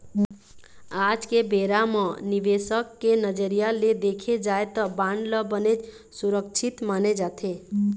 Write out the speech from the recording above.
आज के बेरा म निवेसक के नजरिया ले देखे जाय त बांड ल बनेच सुरक्छित माने जाथे